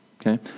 okay